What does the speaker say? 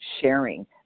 sharing